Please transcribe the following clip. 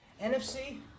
NFC